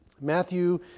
Matthew